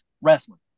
wrestling